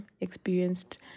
experienced